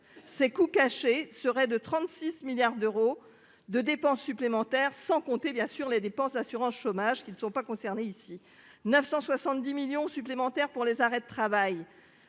ces coûts cachés serait de 36 milliards d'euros de dépenses supplémentaires, sans compter bien sûr les dépenses assurance chômage qui ne sont pas concernés, ici 970 millions supplémentaires pour les arrêts de travail.